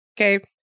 Okay